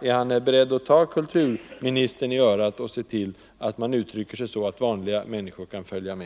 Är herr Lidbom beredd att ta kulturministern i örat och se till att man uttrycker sig så att vanliga människor kan följa med?